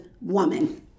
woman